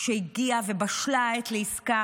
שהגיעה ובשלה העת לעסקה